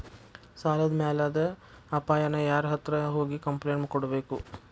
ಸಾಲದ್ ಮ್ಯಾಲಾದ್ ಅಪಾಯಾನ ಯಾರ್ಹತ್ರ ಹೋಗಿ ಕ್ಂಪ್ಲೇನ್ಟ್ ಕೊಡ್ಬೇಕು?